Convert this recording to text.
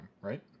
right